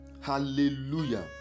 hallelujah